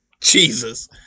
Jesus